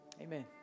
Amen